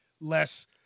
Less